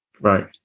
right